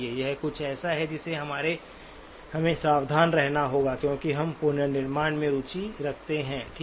यह कुछ ऐसा है जिससे हमें सावधान रहना होगा क्योंकि हम पुनर्निर्माण में रुचि रखते हैं ठीक है